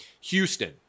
Houston